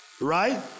right